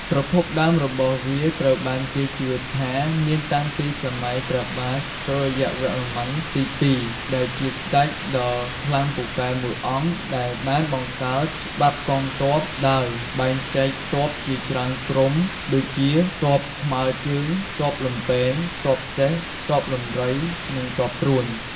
ប្រភពដើមរបស់វាត្រូវបានគេជឿថាមានតាំងពីសម័យព្រះបាទ សូរ្យវរ្ម័នទី២ ដែលជាស្ដេចដ៏ខ្លាំងពូកែមួយអង្គដែលបានបង្កើតច្បាប់កងទ័ពដោយបែងចែកទ័ពជាច្រើនក្រុមដូចជា ទ័ពថ្មើជើង ទ័ពលំពែង ទ័ពសេះ ទ័ពដំរី និងទ័ពព្រួញ។